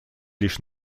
лишь